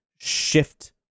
shift